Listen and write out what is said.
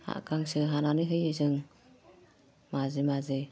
गांसो हानानै होयो जों माजे माजे